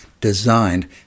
designed